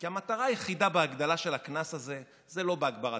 כי המטרה היחידה בהגדלה של הקנס הזה זה לא הגברתה,